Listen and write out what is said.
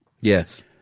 Yes